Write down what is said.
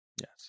Yes